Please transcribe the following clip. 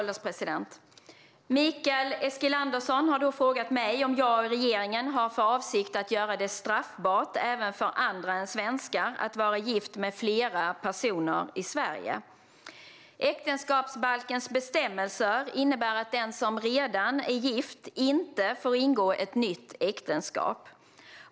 Herr ålderspresident! har frågat mig om jag och regeringen har för avsikt att göra det straffbart även för andra än svenskar att vara gift med flera personer i Sverige. Äktenskapsbalkens bestämmelser innebär att den som redan är gift inte får ingå ett nytt äktenskap.